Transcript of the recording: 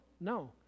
No